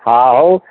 ହଁ ହଉ